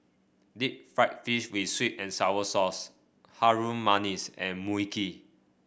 Deep Fried Fish with sweet and sour sauce Harum Manis and Mui Kee